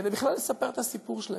כדי בכלל לספר את הסיפור שלהם.